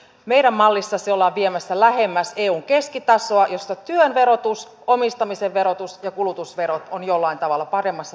meidän mallissamme se ollaan viemässä lähemmäksi eun keskitasoa jossa työn verotus omistamisen verotus ja kulutusverot ovat jollain tavalla paremmassa tasapainossa